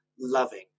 loving